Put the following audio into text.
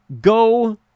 go